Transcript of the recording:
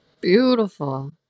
Beautiful